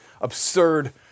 absurd